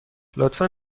لطفا